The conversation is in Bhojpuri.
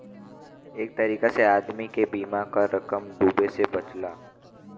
एक तरीका से आदमी के बीमा क रकम डूबे से बचला